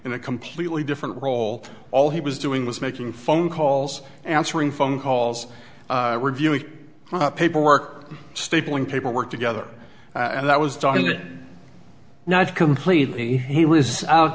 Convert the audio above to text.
in a completely different role all he was doing was making phone calls answering phone calls reviewing paperwork stapling paperwork together and that was dogging it not completely he was out